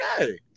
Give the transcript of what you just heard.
Okay